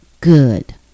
good